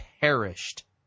perished